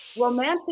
Romantic